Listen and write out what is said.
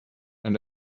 and